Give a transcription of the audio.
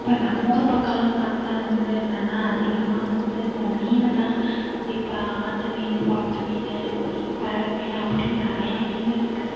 இப்போ நம்மூர் பக்கம்லாம் பார்த்தா வந்து என்னென்னா அதிகமாக வந்து இந்த மீன்தான் இப்போ ஆற்று மீன் குளத்து மீன் கடல் மீன் அப்படின்னு நிறையா மீன் இருக்குது